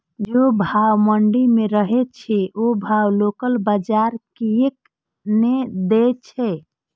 जे भाव मंडी में रहे छै ओ भाव लोकल बजार कीयेक ने दै छै?